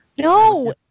No